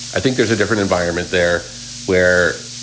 i think there's a different environment there where,